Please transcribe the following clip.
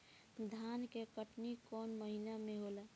धान के कटनी कौन महीना में होला?